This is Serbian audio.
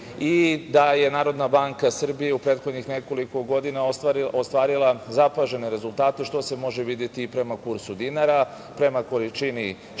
i da je NBS u prethodnih nekoliko godina ostvarila zapažene rezultate što se može videti i prema kursu dinara, prema količini štednje,